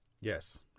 Yes